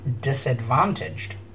disadvantaged